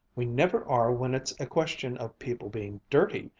we never are when it's a question of people being dirty,